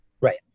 Right